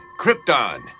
Krypton